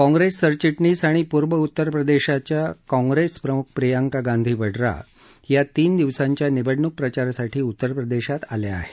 काँग्रेस सरचिटणीस आणि पूर्व उत्तर प्रदेशच्या काँग्रेस प्रम्ख प्रियंका गांधी वड्ञा या तीन दिवसांच्या निवडणूक प्रचारासाठी उत्तर प्रदेशात आहेत